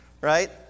right